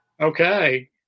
Okay